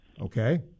Okay